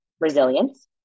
resilience